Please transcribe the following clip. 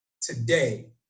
today